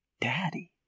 Daddy